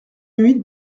huit